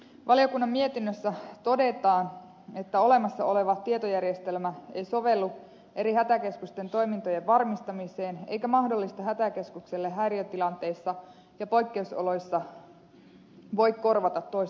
valiokunnan mietinnössä todetaan että olemassa oleva tietojärjestelmä ei sovellu eri hätäkeskusten toimintojen varmistamiseen eikä mahdollista hätäkeskukselle häiriötilanteissa ja poikkeusoloissa korvata toista hätäkeskusta